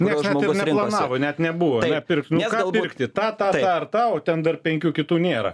nieks net ir neplanavo net nebuvo ane pirks nu ką pirkti tą tą tą ar tą o ten dar penkių kitų nėra